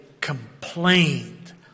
complained